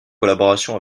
collaboration